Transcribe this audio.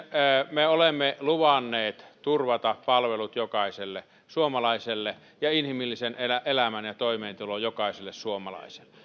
me olemme luvanneet turvata palvelut jokaiselle suomalaiselle ja inhimillisen elämän ja toimeentulon jokaiselle suomalaiselle